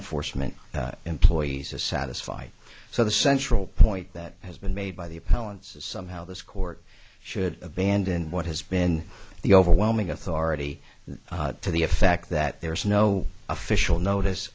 enforcement employees is satisfied so the central point that has been made by the appellants somehow this court should abandon what has been the overwhelming authority to the effect that there is no official notice